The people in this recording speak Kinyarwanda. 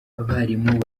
abarimu